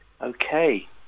okay